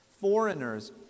foreigners